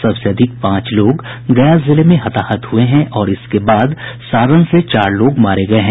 सबसे अधिक पांच लोग गया जिले में हताहत हुए हैं और इसके बाद सारण में चार लोग मारे गये हैं